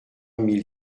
mille